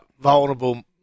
vulnerable